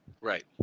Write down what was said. Right